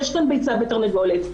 יש כאן ביצה ותרנגולת,